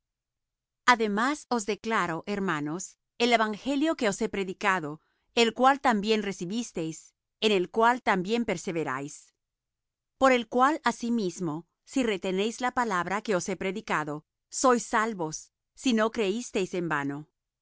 ademas os declaro hermanos el evangelio que os he predicado el cual también recibisteis en el cual también perseveráis por el cual asimismo si retenéis la palabra que os he predicado sois salvos si no creísteis en vano